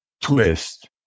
twist